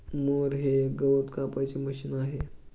mower हे एक गवत कापायचे मशीन आहे